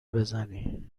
بزنی